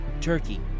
turkey